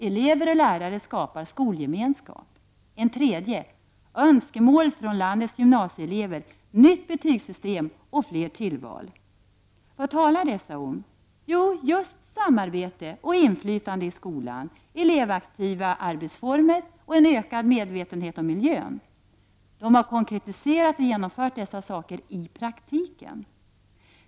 Elever och lärare skapar skolgemenskap.” En tredje: ”Önskemål från landets gymnasieelever — nytt betygssystem och fler tillval.” Vad talar dessa om? Jo, just samarbete och inflytande i skolan, elevaktiva arbetsformer och en ökad medvetenhet om miljön. De har konkretiserat och genomfört dessa saker i praktiken!